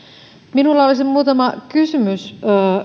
minulla olisi muutama kysymys